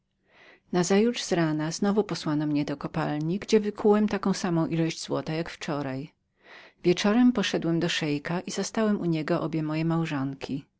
nocy nazajutrz z rana znowu posłano mnie do kopalni gdzie wykułem taką samą ilość złota jak wczoraj wieczorem poszedłem do szeika i zastałem u niego obie moje małżonki